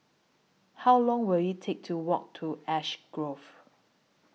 How Long Will IT Take to Walk to Ash Grove